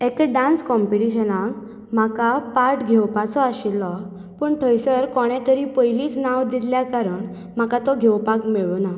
एके डान्स काँपिटिशनाक म्हाका पार्ट घेवपाचो आशिल्लो पूण थंयसर कोणेतरी पयलींच नांव दिल्ल्या कारण म्हाका तो घेवपाक मेळूंक ना